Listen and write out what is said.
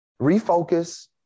Refocus